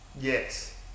Yes